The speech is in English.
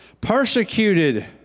Persecuted